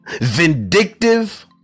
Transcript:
vindictive